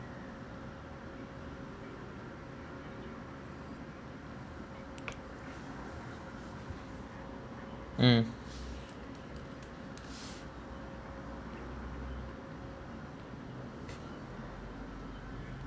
mm